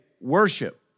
worship